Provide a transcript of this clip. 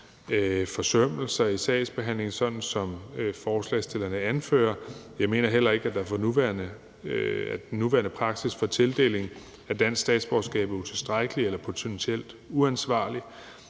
forsømmelser i sagsbehandlingen, sådan som forespørgerne anfører. Jeg mener heller ikke, at den nuværende praksis for tildeling af dansk statsborgerskab er utilstrækkelig eller potentielt uansvarlig,